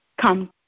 come